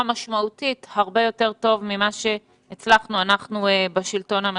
משמעותית הרבה יותר טוב ממה שהצלחנו אנחנו בשלטון המרכזי.